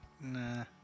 Nah